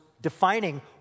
defining